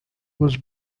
was